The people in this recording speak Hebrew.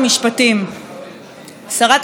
שרת המשפטים כרגע עוברת על נאומה.